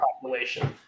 population